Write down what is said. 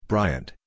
Bryant